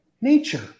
nature